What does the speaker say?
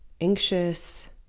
anxious